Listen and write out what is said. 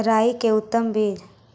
राई के उतम बिज?